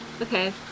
Okay